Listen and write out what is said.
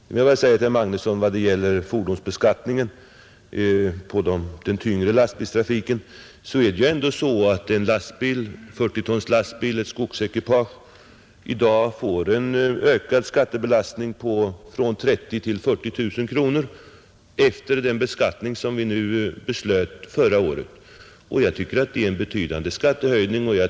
Jag vill också säga till herr Magnusson i vad gäller fordonsbeskattningen på den tyngre lastbilstrafiken att det ändå är så att ett skogsbilsekipage som tar 40 ton får en ökning av skattebelastningen från 30 000 till 40 000 kronor genom de beskattningar som beslöts förra året. Jag tycker att det är en betydande skattehöjning.